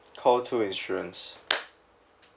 call two insurance